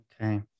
Okay